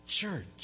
church